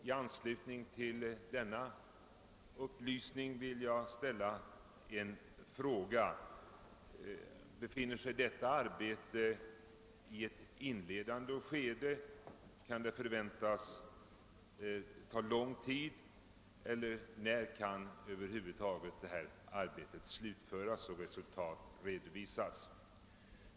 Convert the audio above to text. I anslutning till denna upplysning vill jag ställa ett par frågor: Befinner sig detta arbete i ett inledande skede? Kan det förväntas ta lång tid, och när kan över huvud taget det här arbetet slutföras och resultaten redovisas?